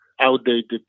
outdated